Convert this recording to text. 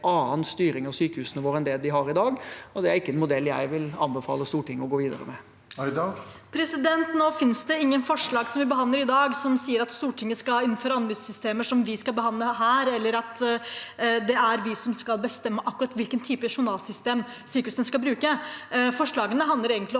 annen styring av sykehusene våre enn det de har i dag, og det er ikke en modell jeg vil anbefale Stortinget å gå videre med. Seher Aydar (R) Det er ingen forslag vi behandler i dag, som sier at Stortinget skal innføre anbudssystemer som vi skal behandle her, eller at det er vi som skal bestemme akkurat hvilken type journalsystem sykehusene skal bruke. Forslagene handler egentlig om